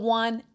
one